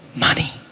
money.